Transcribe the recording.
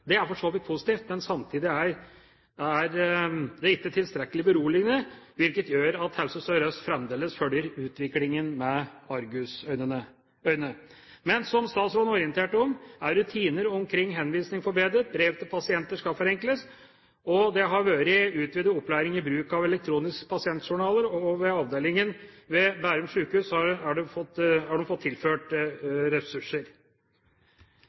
Det er for så vidt positivt, men samtidig ikke tilstrekkelig beroligende, hvilket gjør at Helse Sør-Øst fremdeles følger utviklingen med argusøyne. Men, som statsråden orienterte om, rutiner for henvisning er forbedret, brev til pasienter skal forenkles, det har vært utvidet opplæring i bruk av elektroniske pasientjournaler, og avdelingen ved Bærum sykehus har fått tilført ressurser. Jeg går ikke inn på den ekstraordinære og spesielle situasjonen ved Statens autorisasjonskontor for helsepersonell. Statsråden har